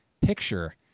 picture